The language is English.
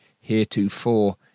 heretofore